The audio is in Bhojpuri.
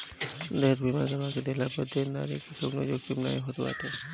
देयता बीमा करवा लेहला पअ देनदारी के कवनो जोखिम नाइ होत बाटे